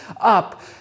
up